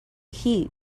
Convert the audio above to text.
heat